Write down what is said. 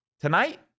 Tonight